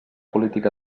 política